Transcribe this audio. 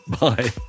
Bye